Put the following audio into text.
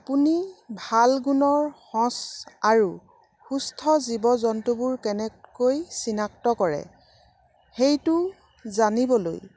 আপুনি ভাল গুণৰ সঁচ আৰু সুস্থ জীৱ জন্তুবোৰ কেনেকৈ চিনাক্ত কৰে সেইটো জানিবলৈ